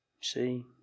see